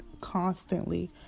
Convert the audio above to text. constantly